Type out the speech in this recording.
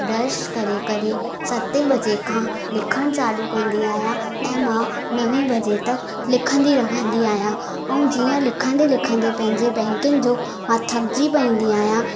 brush करे करे सतें बजे खां लिखणु चालू कंदी आहियां ऐं मां नवें बजे तक लिखंदी रहंदी आहियां ऐं जीअं लिखंदे लिखंदे पंहिंजे बैंकिंग जो मां थकिजी पवंदी आहियां